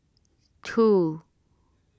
two